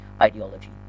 ideology